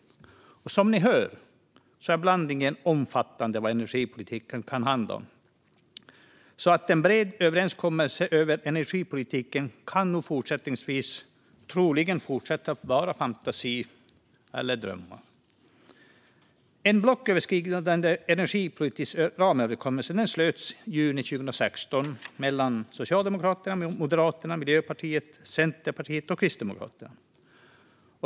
Som ni hör är blandningen omfattande när det gäller vad energipolitik kan handla om. En bred överenskommelse om energipolitiken kan troligen fortsätta att vara en fantasi eller dröm. En blocköverskridande energipolitisk ramöverenskommelse slöts i juni 2016 mellan Socialdemokraterna, Moderaterna, Miljöpartiet, Centerpartiet och Kristdemokraterna.